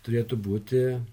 turėtų būti